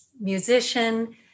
musician